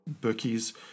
bookies